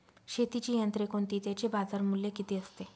शेतीची यंत्रे कोणती? त्याचे बाजारमूल्य किती असते?